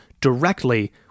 directly